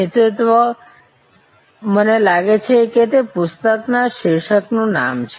નેતૃત્વ મને લાગે છે કે તે પુસ્તકના શીર્ષકનું નામ છે